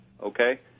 Okay